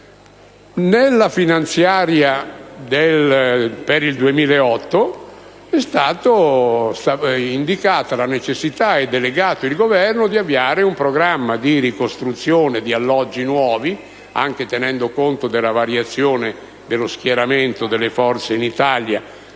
manovra finanziaria per il 2008 è stata indicata la necessità e delegato il Governo ad avviare un programma di ricostruzione di nuovi alloggi (anche tenendo conto della variazione dello schieramento delle forze in Italia,